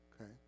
Okay